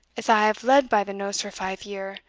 as i have led by the nose for five year,